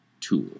tool